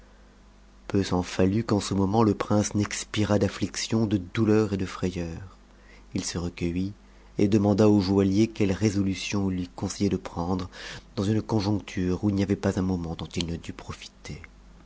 peu s'en fallut qu'en ce moment le prince n'expirât d'affliction de douleur et de frayeur ii se recueillit et demanda au joaillier quelle résomt'on il lui conseillait de prendre dans une conjoncture où il n'y avait pas r ntoment dont il ne dût